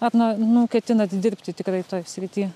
ar na nu ketinat dirbti tikrai toj srity